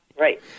right